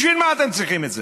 בשביל מה אתם צריכים את זה?